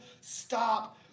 stop